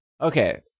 Okay